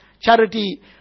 charity